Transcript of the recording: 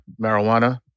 Marijuana